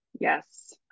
Yes